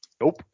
Nope